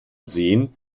sehen